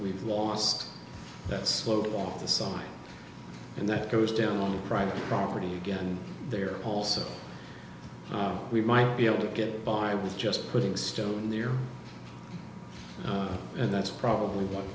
we've lost that slowed off the sign and that goes down on private property again there also we might be able to get by with just putting stone there and that's probably what